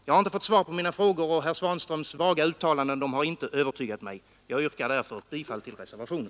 Jag har inte fått svar på mina frågor, och herr Svanströms vaga uttalanden har inte övertygat mig. Jag yrkar därför bifall till reservationen.